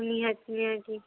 ନିହାତି ନିହାତି